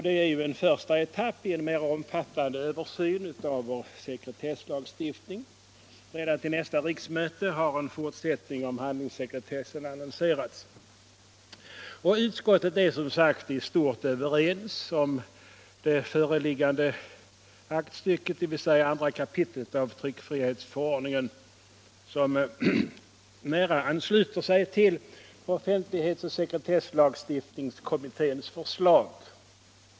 Det är en första etapp av en mer omfattande översyn av vår sekretesslagstiftning. Redan till nästa riksmöte har en fortsättning om handlingars sekretess annonserats. Utskottet är som sagt i stort överens om det föreliggande aktstycket, dvs. 2 kap. tryckfrihetsförordningen som nära ansluter sig till offentlighetsoch sekretesslagstiftningskommitténs förslag.